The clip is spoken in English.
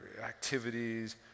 activities